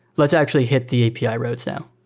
let's actually hit the api ah roads now.